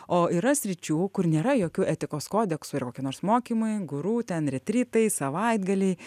o yra sričių kur nėra jokių etikos kodeksų ir kokie nors mokymai guru ten retritai savaitgaliai